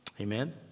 Amen